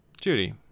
Judy